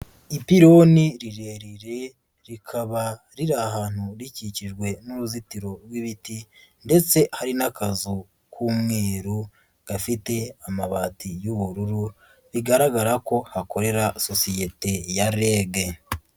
Ipironi rirerire rikaba riri ahantu rikikijwe n'uruzitiro rw'ibiti ndetse hari n'akazu k'umweru gafite amabati y'ubururu bigaragara ko hakorera sosiyete ya REG.